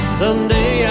someday